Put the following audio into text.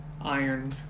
iron